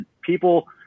people